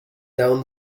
down